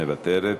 מוותרת.